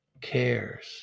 cares